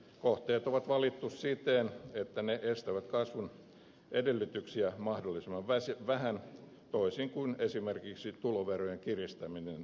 kohteet on valittu siten että ne estävät kasvun edellytyksiä mahdollisimman vähän toisin kuin esimerkiksi tuloverojen kiristäminen olisi tehnyt